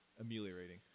ameliorating